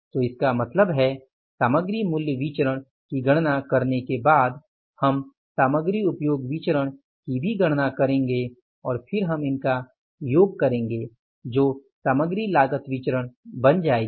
तो इसका मतलब है सामग्री मूल्य विचरण की गणना करने के बाद हम सामग्री उपयोग विचरण की की गणना करेंगे और फिर हम इनका योग करेंगे जो सामग्री लागत विचरण बन जाएगी